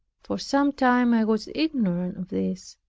for some time i was ignorant of this.